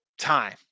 time